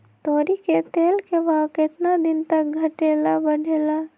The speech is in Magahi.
तोरी के तेल के भाव केतना दिन पर घटे ला बढ़े ला?